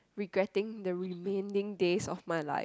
regretting the remaining days of my life